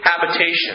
habitation